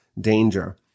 Danger